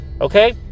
okay